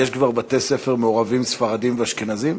יש כבר בתי-ספר מעורבים לספרדים ואשכנזים?